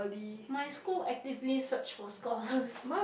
my school activity search for scholars